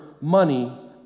money